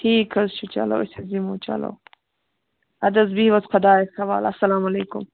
ٹھیٖک حظ چھُ چلو أسۍ حظ یِمو چلو اَدٕ حظ بِہیو حظ خدایَس حَوالہٕ اَسلام علیکُم